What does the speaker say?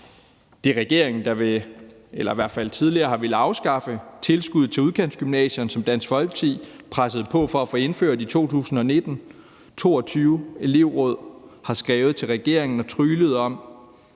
i hvert fald tidligere har villet afskaffe tilskuddet til udkantsgymnasierne, som Dansk Folkeparti pressede på for at få indført i 2019. 22 elevråd har skrevet til regeringen og tryglet om